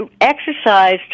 Exercise